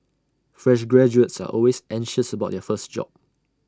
fresh graduates are always anxious about their first job